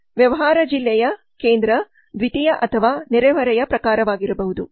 ವ್ಯವಹಾರ ಜಿಲ್ಲೆಯು ಕೇಂದ್ರ ದ್ವಿತೀಯ ಅಥವಾ ನೆರೆಹೊರೆಯ ಪ್ರಕಾರವಾಗಿರಬಹುದು